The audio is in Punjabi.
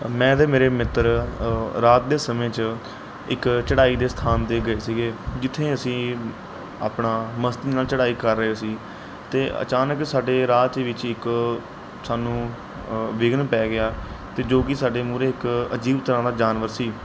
ਮੈਂ ਅਤੇ ਮੇਰੇ ਮਿੱਤਰ ਰਾਤ ਦੇ ਸਮੇਂ 'ਚ ਇੱਕ ਚੜ੍ਹਾਈ ਦੇ ਸਥਾਨ 'ਤੇ ਗਏ ਸੀਗੇ ਜਿੱਥੇ ਅਸੀਂ ਆਪਣਾ ਮਸਤੀ ਨਾਲ ਚੜ੍ਹਾਈ ਕਰ ਰਹੇ ਸੀ ਅਤੇ ਅਚਾਨਕ ਸਾਡੇ ਰਾਹ ਦੇ ਵਿੱਚ ਇੱਕ ਸਾਨੂੰ ਵਿਘਨ ਪੈ ਗਿਆ ਅਤੇ ਜੋ ਕਿ ਸਾਡੇ ਮੂਹਰੇ ਇੱਕ ਅਜੀਬ ਤਰ੍ਹਾਂ ਦਾ ਜਾਨਵਰ ਸੀ